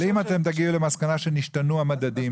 אם אתם תגיעו למסקנה שהשתנו המדדים,